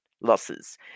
losses